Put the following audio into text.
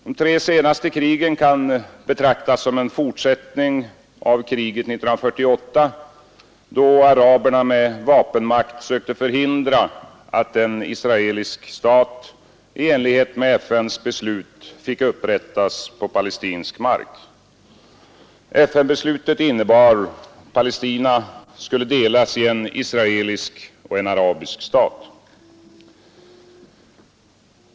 De tre senaste krigen kan betraktas som en fortsättning av kriget 1948, då araberna med vapenmakt sökte förhindra att en israelisk stat i enlighet med FN:s beslut fick upprättas på palestinsk mark. FN-beslutet innebar att Palestina skulle delas i en israelisk och en arabisk stat.